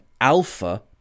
alpha